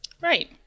Right